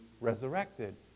resurrected